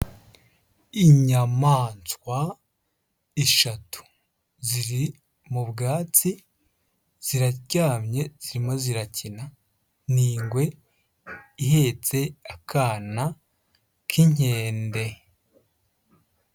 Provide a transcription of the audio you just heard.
Inyamaswa eshatu ziri mu bwatsi ziraryamye zirimo zirakina, ni ingwe ihetse akana k'inkende.